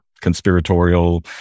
conspiratorial